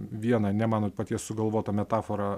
vieną ne mano paties sugalvotą metaforą